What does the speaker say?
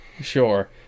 Sure